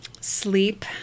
Sleep